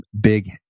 big